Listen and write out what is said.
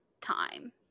time